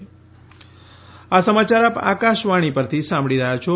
corona appeal આ સમાચાર આપ આકાશવાણી પરથી સાંભળી રહ્યા છો